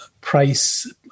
price